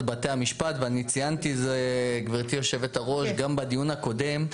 בתי המשפט ואני ציינתי זאת גם בדיון הקודם.